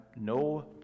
no